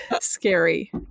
Scary